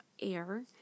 Air